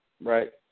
right